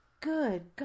Good